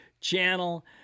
channel